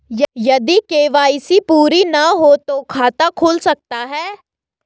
यदि के.वाई.सी पूरी ना हो तो खाता खुल सकता है?